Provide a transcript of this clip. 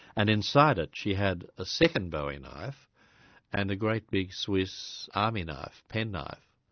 and inside it she had a second bowie knife and a great big swiss army knife, pen-knife.